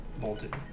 Bolted